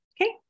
Okay